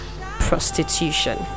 prostitution